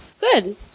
Good